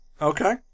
Okay